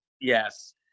Yes